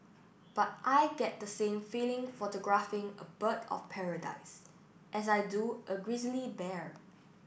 but I get the same feeling photographing a bird of paradise as I do a grizzly bear